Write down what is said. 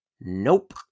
Nope